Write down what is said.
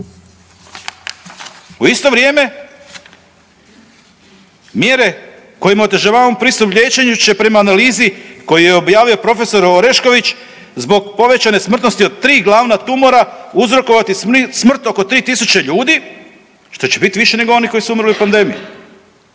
U isto vrijeme mjere kojima otežavamo pristup liječenju će prema analizi koju je objavio prof. Orešković zbog povećane smrtnosti od 3 glavna tumora uzrokovati smrt oko 3000 ljudi što će biti više nego onih koji su umrli od pandemije.